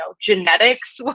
genetics